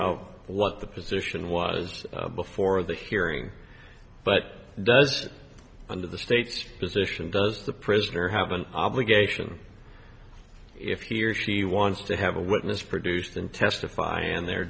know what the position was before the hearing but does under the state's position does the prisoner have an obligation if he or she wants to have a witness produced and testify and the